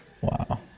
Wow